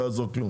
לא יעזור כלום.